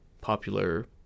popular